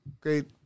great